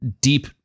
deep